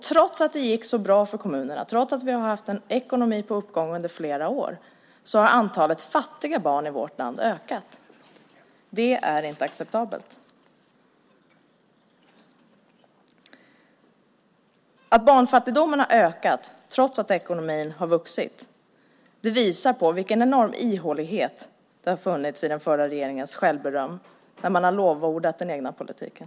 Trots att det har gått så bra för kommunerna, trots att vi har haft en ekonomi på uppgång under flera år, har antalet fattiga barn i vårt land ökat. Det är inte acceptabelt. Att barnfattigdomen har ökat trots att ekonomin har vuxit visar på vilken enorm ihålighet det har funnits i den förra regeringens självberöm när man har lovordat den egna politiken.